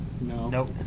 Nope